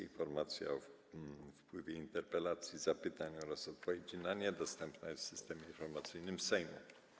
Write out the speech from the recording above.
Informacja o wpływie interpelacji, zapytań oraz odpowiedzi na nie dostępna jest w Systemie Informacyjnym Sejmu.